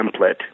template